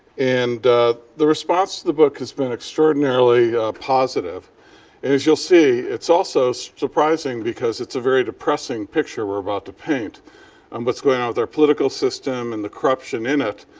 and the response to the book has been extraordinarily positive. and as you'll see, it's also surprising because it's a very depressing picture we're about to paint um what's going on with our political system and the corruption in it.